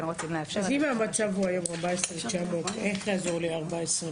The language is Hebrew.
אם המצב הוא היום 14,900, איך זה עומד 14,100?